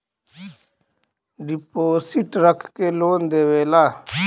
deposit रख के loan देवेला